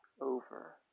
over